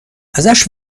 ازش